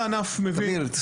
סליחה תמיר.